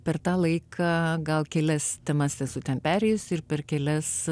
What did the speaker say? per tą laiką gal kelias temas esu ten perėjusi ir per kelias